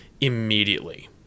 immediately